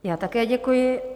Já také děkuji.